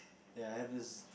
ya I have this